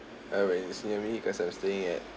anyway it's near me cause I'm staying at